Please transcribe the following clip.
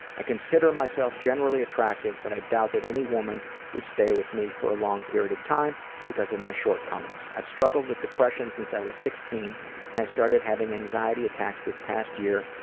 i consider myself generally attractive but i doubt that any woman would stay with me for a long period of time because of my shortcomings. i've struggled with depression since i was sixteen and i started having anxiety attacks this past year,